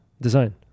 design